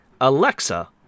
alexa